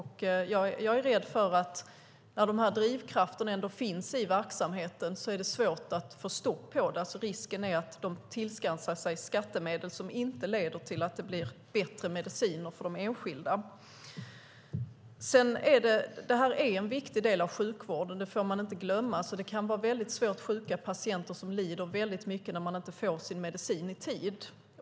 Jag är rädd för att när den här drivkraften finns i verksamheten är det svårt att få stopp på det här. Risken är att man tillskansar sig skattemedel, vilket inte leder till att det blir bättre mediciner för de enskilda. Det här är en viktig del av sjukvården, det får man inte glömma. Det kan vara svårt sjuka patienter som lider väldigt mycket när de inte får sin medicin i tid.